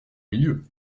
milieu